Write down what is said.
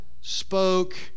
spoke